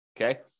Okay